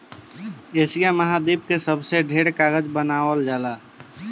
Asia महाद्वीप में सबसे ढेर कागज बनावल जाला